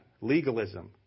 legalism